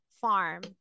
farm